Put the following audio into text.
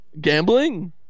Gambling